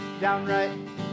downright